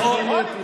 חבר הכנסת בנט,